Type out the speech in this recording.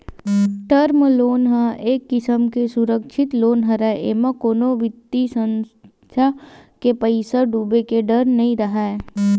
term loan ह एक किसम के सुरक्छित लोन हरय एमा कोनो बित्तीय संस्था के पइसा डूबे के डर नइ राहय